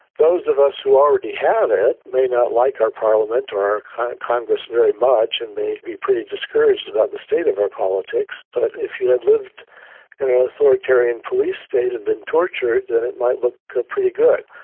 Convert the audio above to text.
those of us who already have it may not like our parliament or our congress very much and may be pretty discouraged about the state of our politics, but if you have lived authoritarian police state and been tortured then it might look pretty good.